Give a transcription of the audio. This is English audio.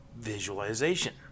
visualization